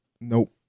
Nope